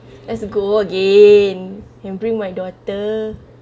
let's go again and bring my daughter